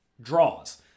draws